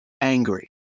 angry